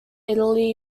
italy